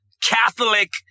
Catholic